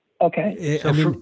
Okay